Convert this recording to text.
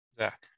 Zach